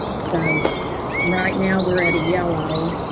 so right now we're at a yellow.